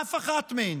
אף אחת מהן